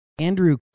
Andrew